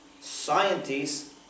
scientists